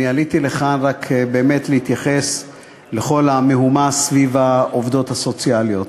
עליתי לכאן רק כדי להתייחס לכל המהומה סביב העובדות הסוציאליות.